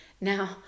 Now